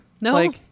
No